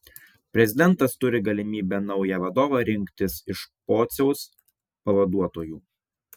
prezidentas turi galimybę naują vadovą rinktis iš pociaus pavaduotojų